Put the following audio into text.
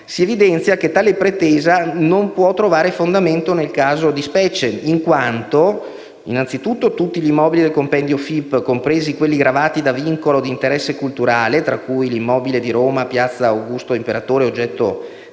si evidenzia che tale pretesa non può trovare fondamento nel caso di specie, in quanto: innanzitutto, tutti gli immobili del compendio FIP, compresi quelli gravati da vincolo di interesse culturale (tra cui l'immobile di Roma, Piazza Augusto Imperatore, oggetto